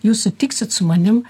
jūs sutiksit su manim